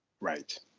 Right